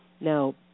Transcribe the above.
Now